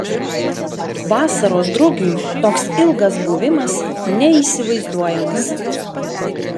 vasaros drugiui toks ilgas buvimas neįsivaizduojamas